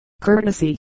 courtesy